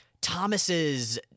thomas's